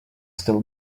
still